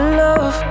love